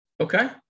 Okay